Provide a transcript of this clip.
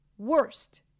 Worst